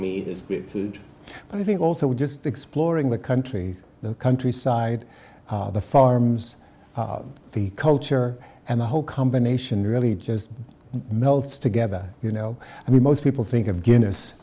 this great food but i think also just exploring the country the countryside the farms the culture and the whole combination really just melts together you know i mean most people think of guinness